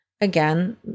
again